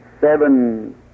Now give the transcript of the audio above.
seven